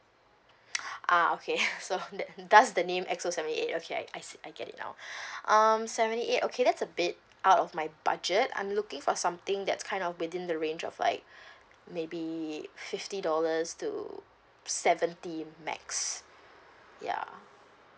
ah okay so that thus the name X O seventy eight okay I I see I get it now um seventy eight okay that's a bit out of my budget I'm looking for something that's kind of within the range of like maybe fifty dollars to seventy max ya